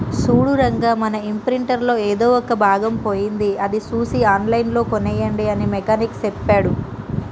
సూడు రంగా మన ఇంప్రింటర్ లో ఎదో ఒక భాగం పోయింది అది సూసి ఆన్లైన్ లో కోనేయండి అని మెకానిక్ సెప్పాడు